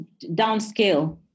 downscale